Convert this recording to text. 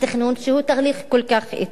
שהוא תהליך כל כך אטי,